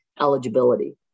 eligibility